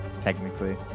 Technically